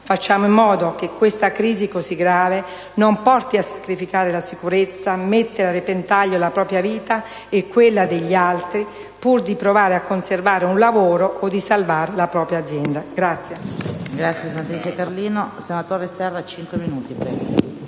Facciamo in modo che questa crisi così grave non porti a sacrificare la sicurezza, a mettere a repentaglio la propria vita e quella degli altri pur di provare a conservare un lavoro o di salvare la propria azienda.